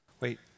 Wait